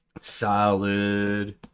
Solid